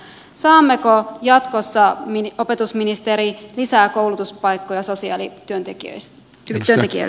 saammeko jatkossa opetusministeri lisää koulutuspaikkoja sosiaalityöntekijöille